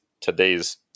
today's